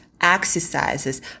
Exercises